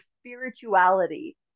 spirituality